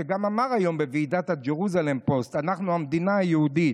שגם אמר היום בוועידת הג'רוזלם פוסט: "אנחנו המדינה היהודית.